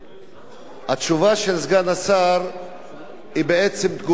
התשובה של סגן השר היא בעצם תגובה פורמלית.